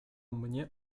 mnie